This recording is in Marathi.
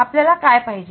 आपल्याला काय पाहिजे